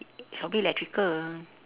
sobri electrical